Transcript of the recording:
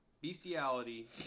bestiality